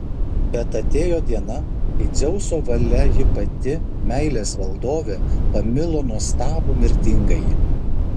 bet atėjo diena kai dzeuso valia ji pati meilės valdovė pamilo nuostabų mirtingąjį